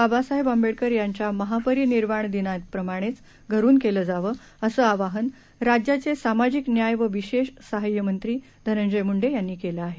बाबासाहेब आंबेडकर यांच्या महापरिनिर्वाण दिनाप्रमाणेच घरून केलं जावं असं आवाहन राज्याचे सामाजिक न्याय व विशेष सहाय्यमंत्री धनंजय मुंडे यांनी केलं आहे